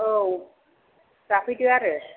औ जाफैदो आरो